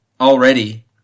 already